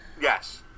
Yes